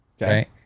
right